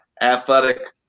athletic